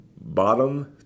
bottom